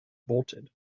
bolted